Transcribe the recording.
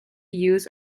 use